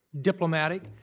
diplomatic